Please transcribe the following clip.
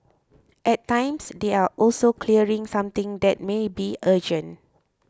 at times they are also clearing something that may be urgent